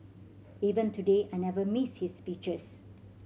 even today I never miss his speeches